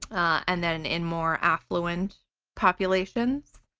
and then in more affluent populations,